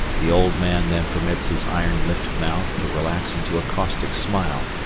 the old man then permits his iron-lipped mouth to relax into a caustic smile,